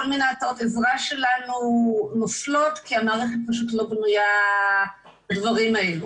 כל מיני הצעות עזרה שלנו נופלות כי המערכת פשוט לא בנויה לדברים האלה.